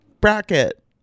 Bracket